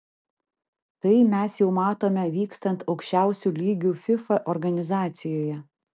tai mes jau matome vykstant aukščiausiu lygiu fifa organizacijoje